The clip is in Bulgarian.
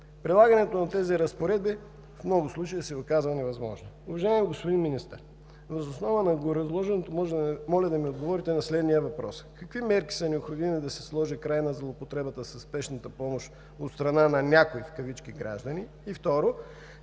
Прилагането на тези разпоредби в много случаи се оказва невъзможно. Уважаеми господин Министър, въз основа на гореизложеното моля да ми отговорите на следния въпрос: какви мерки са необходими, за да се сложи край на злоупотребата със спешната помощ от страна на някои, в кавички, граждани и, второ,